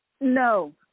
No